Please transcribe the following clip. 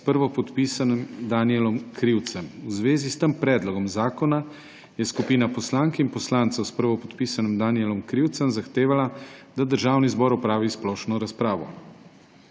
s prvopodpisanim Danijelom Krivcem. V zvezi s tem predlogom zakona je skupina poslank in poslancev s prvopodpisanim Danijelom Krivcem zahtevala, da Državni zbor opravi splošno razpravo.